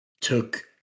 took